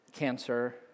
Cancer